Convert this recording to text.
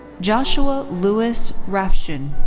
joshua lewis rafshoon.